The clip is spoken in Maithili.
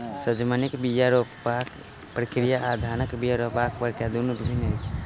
सजमनिक बीया रोपबाक प्रक्रिया आ धानक बीया रोपबाक प्रक्रिया दुनु भिन्न अछि